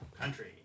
country